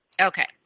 Okay